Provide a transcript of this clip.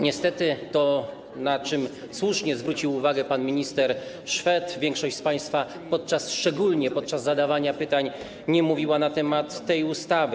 Niestety, na co słusznie zwrócił uwagę pan minister Szwed, większość z państwa szczególnie podczas zadawania pytań nie mówiła na temat tej ustawy.